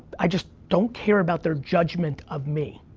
i just don't care about their judgment of me.